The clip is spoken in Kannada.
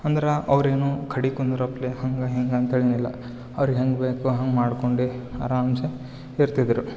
ಅಂದ್ರೆ ಅವ್ರೇನು ಖಡಿ ಕುಂದ್ರೋಪ್ಲೆ ಹಂಗೆ ಹಿಂಗೆ ಅಂತೇಳಿ ಏನಿಲ್ಲಾ ಅವರಿಗೆ ಹೆಂಗ್ಬೇಕೊ ಹಂಗೆ ಮಾಡ್ಕೊಂಡು ಆರಾಮ್ಸೆ ಇರ್ತಿದ್ರು